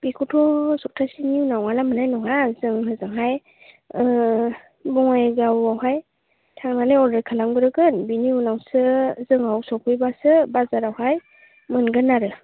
बेखौथ' सबथासेनि उनाव नङाब्ला मोननाय नङा जों हजोंहाय बङाइगाव आवहाय थांनानै अरदार खालाम ग्रोगोन बेनि उनावसो जोंनाव सफैबासो बाजारावहाय मोनगोन आरो